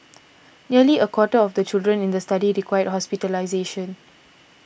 nearly a quarter of the children in the study required hospitalisation